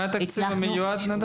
מה התקציב המיועד?